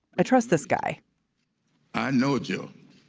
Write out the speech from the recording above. i trust this guy i know you.